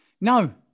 No